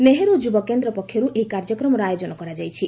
ନେହେରୁ ଯୁବ କେନ୍ଦ୍ର ପକ୍ଷରୁ ଏହି କାର୍ଯ୍ୟକ୍ରମର ଆୟୋଜନ କରାଯାଇଛି